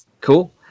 Cool